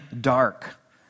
dark